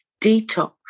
detox